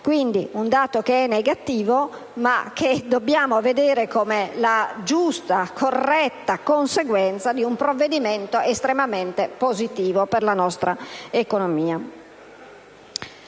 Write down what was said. quindi un dato negativo, ma che dobbiamo considerare come la giusta, corretta conseguenza di un provvedimento estremamente positivo per la nostra economia.